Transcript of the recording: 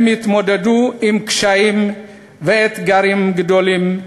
הם התמודדו עם קשיים ואתגרים גדולים: